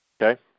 Okay